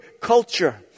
culture